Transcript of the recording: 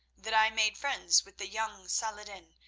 that i made friends with the young saladin,